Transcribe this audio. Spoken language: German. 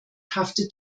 haftet